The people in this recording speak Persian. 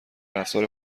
رفتار